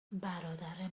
برادر